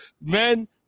men